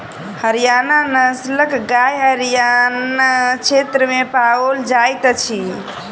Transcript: हरयाणा नस्लक गाय हरयाण क्षेत्र में पाओल जाइत अछि